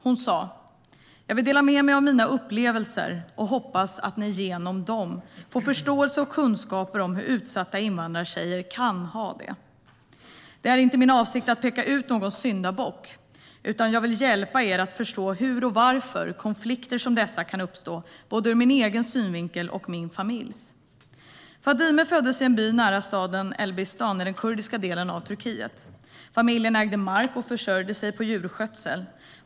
Hon sa: Jag vill dela med mig av mina upplevelser, och jag hoppas att ni genom dem får förståelse och kunskaper om hur utsatta invandrartjejer kan ha det. Det är inte min avsikt att peka ut någon syndabock, utan jag vill hjälpa er att förstå hur och varför konflikter som dessa kan uppstå ur både min egen synvinkel och min familjs. Fadime föddes i en by nära staden Elbistan i den kurdiska delen av Turkiet. Familjen ägde mark och försörjde sig på djurskötsel.